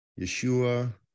Yeshua